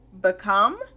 become